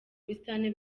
busitani